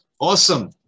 awesome